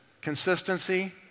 consistency